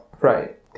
Right